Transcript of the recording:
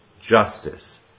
justice